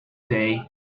day